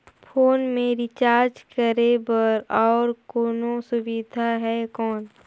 Phone मे recharge करे बर और कोनो सुविधा है कौन?